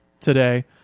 Today